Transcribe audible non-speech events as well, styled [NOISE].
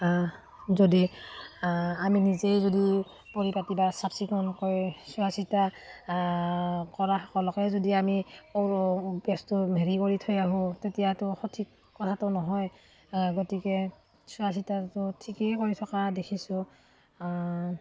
যদি আমি নিজেই যদি পৰিপাতি বা চাফ চিকুণকৈ চোৱাচিতা কৰাসকলকেই যদি আমি [UNINTELLIGIBLE] ব্যস্ত হেৰি কৰি থৈ আহোঁ তেতিয়াতো সঠিক কথাটো নহয় গতিকে চোৱাচিতাটো ঠিকেই কৰি থকা দেখিছোঁ